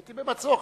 הייתי במצור.